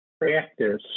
practice